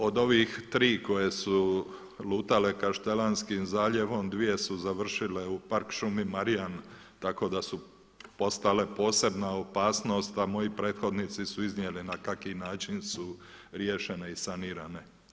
Od ovih 3 koje su lutale Kaštelanskim zaljevom 2 su završile u Park šumi Marjan tako da su postale posebna opasnost a moji prethodnici su iznijeli na kakav način su riješene i sanirane.